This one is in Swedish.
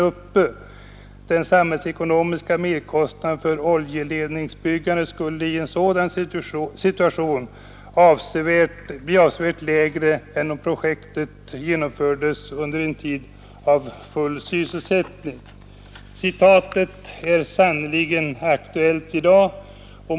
Den samhällsekonomiska merkostnaden för oljeledningens byggande skulle i en sådan situation bli avsevärt lägre, än om projektet genomfördes under en tid av full sysselsättning.” Citatet är sannerligen aktuellt i dag.